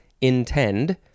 intend